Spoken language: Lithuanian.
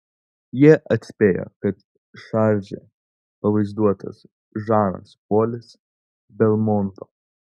jie atspėjo kad šarže pavaizduotas žanas polis belmondo